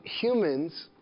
humans